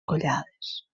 collades